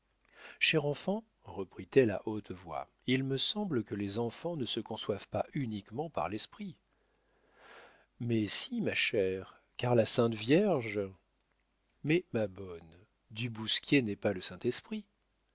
chère enfant reprit-elle à haute voix il me semble que les enfants ne se conçoivent pas uniquement par l'esprit mais si ma chère car la sainte-vierge mais ma bonne du bousquier n'est pas le saint-esprit